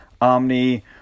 omni